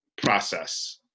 process